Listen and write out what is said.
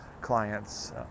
clients